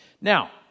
Now